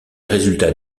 résultats